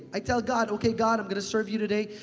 i tell god, okay god, i'm gonna serve you today.